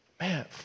Man